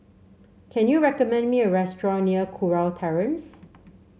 can you recommend me a restaurant near Kurau Terrace